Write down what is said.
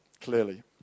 clearly